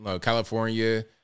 California